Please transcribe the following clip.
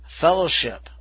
fellowship